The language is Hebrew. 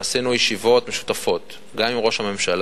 עשינו ישיבות משותפות גם עם ראש הממשלה,